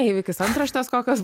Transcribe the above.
įvykis antraštės kokios